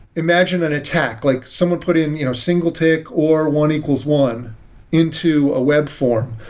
imagine an attack, like someone put in you know single tick or one equal one into a web form,